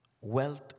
wealth